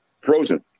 frozen